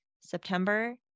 September